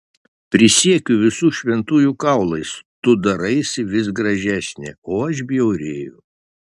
prisiekiu visų šventųjų kaulais tu daraisi vis gražesnė o aš bjaurėju